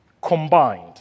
combined